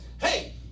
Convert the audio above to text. Hey